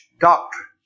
doctrine